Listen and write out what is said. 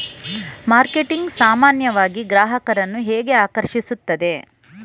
Marketing ಸಾಮಾನ್ಯವಾಗಿ ಗ್ರಾಹಕರನ್ನು ಹೇಗೆ ಆಕರ್ಷಿಸುತ್ತದೆ?